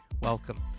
Welcome